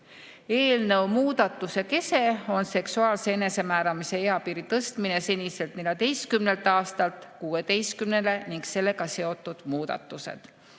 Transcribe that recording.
Eelnõu muudatuse kese on seksuaalse enesemääramise eapiiri tõstmine seniselt 14. eluaastalt 16. eluaastani ning sellega seotud muudatused.